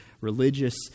religious